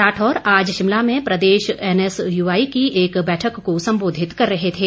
राठौर आज शिमला में प्रदेश एनएसयूआई की एक बैठक को सम्बोधित कर रहे थे